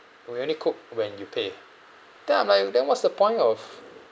we only cook when you pay then I'm like then what's the point of